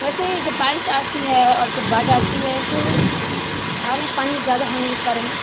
ویسے جب بارش آتی ہے اور جب باڑھ آتی ہے تو دھان میں پانی زیادہ ہونے کے کارن